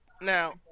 Now